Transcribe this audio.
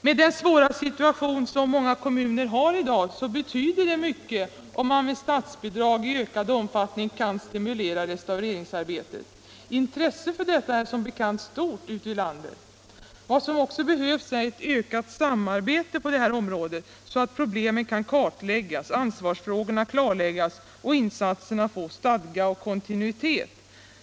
Med den svåra situation som många kommuner har i dag betyder det mycket om man med statsbidrag i ökad omfattning kan stimulera restaureringsarbetet. Intresset för detta är som bekant stort ute i landet. Vad som också behövs är ett ökat samarbete på detta område, så att problemen kan kartläggas, ansvarsfrågorna klarläggas, och insatserna få stadga och kontinuitet.